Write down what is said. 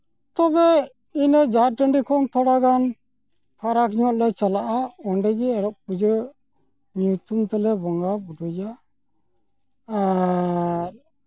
ᱛᱚᱵᱮ ᱤᱱᱟᱹ ᱡᱟᱦᱮᱨ ᱴᱟᱺᱰᱤ ᱠᱷᱚᱱ ᱛᱷᱚᱲᱟ ᱜᱟᱱ ᱯᱷᱟᱨᱟᱠ ᱧᱚᱜ ᱞᱮ ᱪᱟᱞᱟᱜᱼᱟ ᱚᱸᱰᱮ ᱜᱮ ᱮᱨᱚᱜ ᱯᱩᱡᱟᱹ ᱧᱩᱛᱩᱢ ᱛᱮᱞᱮ ᱵᱚᱸᱜᱟ ᱵᱳᱨᱳᱭᱟ ᱟᱨ